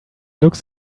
looks